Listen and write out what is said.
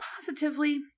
positively